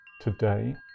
Today